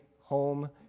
home